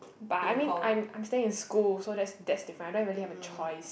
but I mean I'm I'm staying in school so that's that's different I don't really have a choice